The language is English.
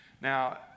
Now